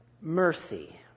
mercy